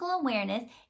awareness